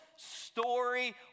story